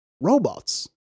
robots